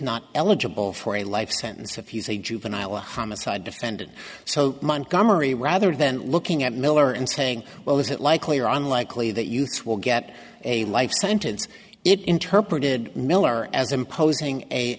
not eligible for a life sentence if you say juvenile homicide defendant so montgomery rather than looking at miller and saying well is it likely or unlikely that you will get a life sentence it interpreted miller as imposing a